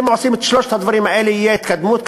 אם עושים את שלושת הדברים האלה תהיה התקדמות.